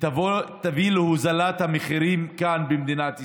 שתביא להוזלת המחירים כאן במדינת ישראל.